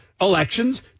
elections